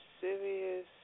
serious